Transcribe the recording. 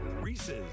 Reese's